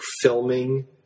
filming